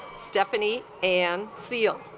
stephanie and feel